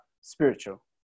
spiritual